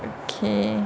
okay